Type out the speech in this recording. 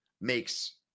makes